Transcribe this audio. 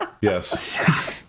Yes